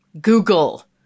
Google